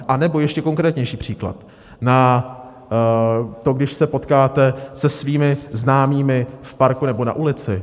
Anebo ještě konkrétnější příklad, na to, když se potkáte se svými známými v parku nebo na ulici?